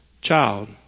child